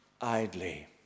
idly